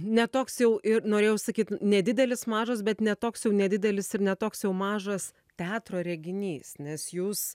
ne toks jau ir norėjau sakyt nedidelis mažas bet ne toks jau nedidelis ir ne toks jau mažas teatro reginys nes jūs